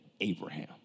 Abraham